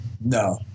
No